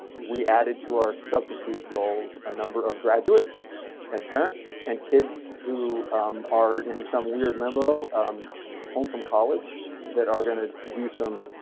we added to our substitute roles a number of graduates and parents and kids who are in some weird limbo home from college that are going to do some.